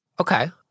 Okay